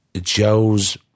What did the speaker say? Joe's